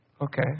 Okay